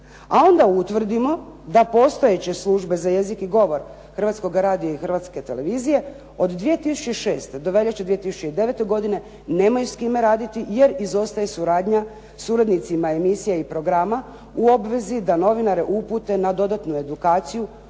A onda utvrdimo da postojeće službe za jezik i govor Hrvatskoga radija i Hrvatske televizije od 2006. do veljače 2009. godine nemaju s kime raditi jer izostaje suradnja s urednicima emisija i programa u obvezi da novinare upute na dodatnu edukaciju